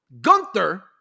Gunther